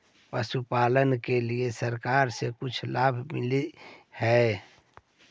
पशुपालन के लिए सरकार से भी कुछ लाभ मिलै हई?